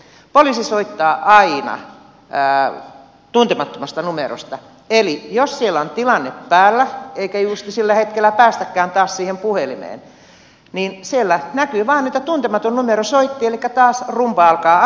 poliisi soittaa aina tuntemattomasta numerosta eli jos siellä on tilanne päällä eikä justiin sillä hetkellä päästäkään taas siihen puhelimeen niin siellä näkyy vaan että tuntematon numero soitti elikkä taas rumba alkaa alusta